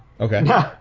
Okay